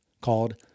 called